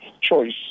choice